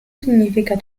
significa